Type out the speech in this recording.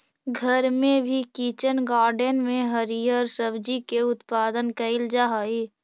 घर में भी किचन गार्डन में हरिअर सब्जी के उत्पादन कैइल जा हई